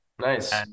Nice